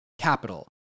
capital